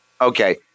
Okay